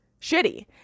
shitty